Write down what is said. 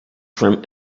from